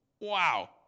Wow